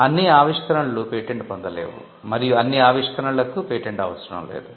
కాబట్టి అన్ని ఆవిష్కరణలు పేటెంట్ పొందలేవు మరియు అన్ని ఆవిష్కరణలకు పేటెంట్ అవసరం లేదు